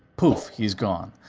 poof, he's gone.